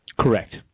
Correct